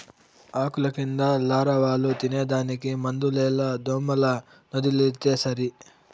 ఆకుల కింద లారవాలు తినేదానికి మందులేల దోమలనొదిలితే సరి